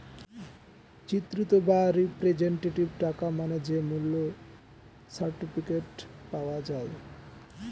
চিত্রিত বা রিপ্রেজেন্টেটিভ টাকা মানে যে মূল্য সার্টিফিকেট পাওয়া যায়